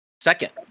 Second